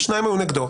שניים היו נגדו.